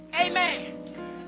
Amen